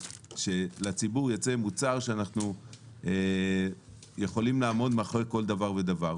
ושלציבור יצא מוצר שאנחנו יכולים לעמוד מאחרי כל דבר ודבר.